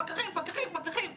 פקחים, פקחים, פקחים, פקחים,